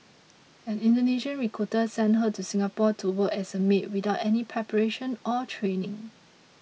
an Indonesian recruiter sent her to Singapore to work as a maid without any preparation or training